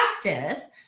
fastest